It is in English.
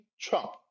Trump